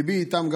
גם ליבי איתם,